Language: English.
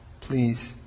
please